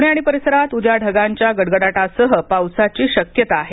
प्णे आणि परिसरात उद्या ढगांच्या गडगडाटासह पावसाची शक्यता आहे